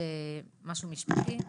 משהו משפטי,